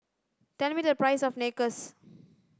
tell me the price of Nachos